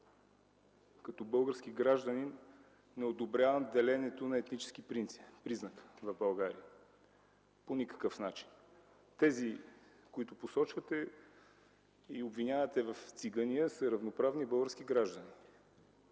по никакъв начин не одобрявам деленето по етнически признак в България. Не го одобрявам. Тези, които посочвате и обвинявате в цигания, са равноправни български граждани.